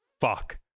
fuck